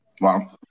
Wow